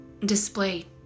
display